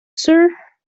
sir